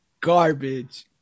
Garbage